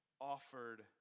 offered